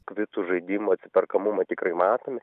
kvitų žaidimo atsiperkamumą tikrai matom